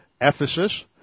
Ephesus